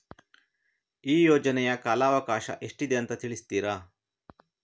ಈ ಯೋಜನೆಯ ಕಾಲವಕಾಶ ಎಷ್ಟಿದೆ ಅಂತ ತಿಳಿಸ್ತೀರಾ?